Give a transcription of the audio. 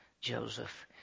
Joseph